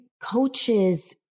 coaches